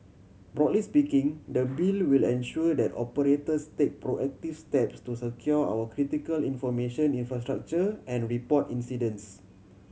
broadly speaking the Bill will ensure that operators take proactive steps to secure our critical information infrastructure and report incidents